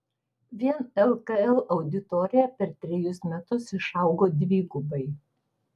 vien lkl auditorija per trejus metus išaugo dvigubai